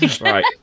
right